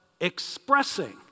expressing